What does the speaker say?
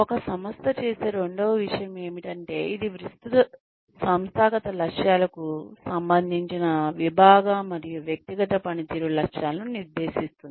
ఒక సంస్థ చేసే రెండవ విషయం ఏమిటంటే ఇది విస్తృత సంస్థాగత లక్ష్యాలకు సంబంధించిన విభాగ మరియు వ్యక్తిగత పనితీరు లక్ష్యాలను నిర్దేశిస్తుంది